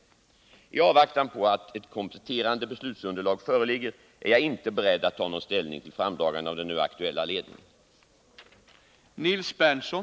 I avvaktan på att ett kompletterande beslutsunderlag föreligger är jag inte beredd att ta någon ställning till framdragande av den nu aktuella ledningen.